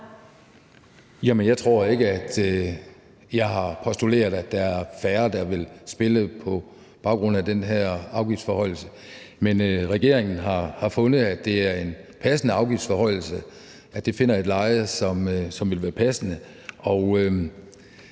jeg har postuleret, at der er færre, der vil spille på baggrund af den her afgiftsforhøjelse. Men regeringen har fundet, at det er en passende afgiftsforhøjelse, og at den har fundet et leje, som er passende.